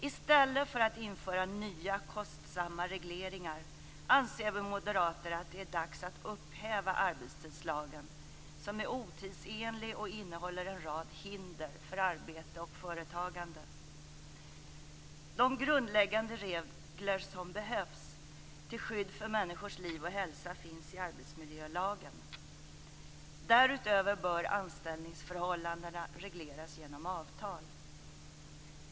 I stället för att införa nya kostsamma regleringar anser vi moderater att det är dags att upphäva arbetstidslagen, som är otidsenlig och innehåller en rad hinder för arbete och företagande. De grundläggande regler som behövs till skydd för människors liv och hälsa finns i arbetsmiljölagen. Därutöver bör anställningsförhållandena regleras genom avtal.